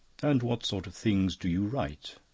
and what sort of things do you write?